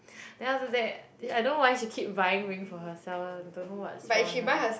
then after that I don't know why she keep buying ring for herself don't know what's wrong with her